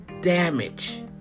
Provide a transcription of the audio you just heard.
damage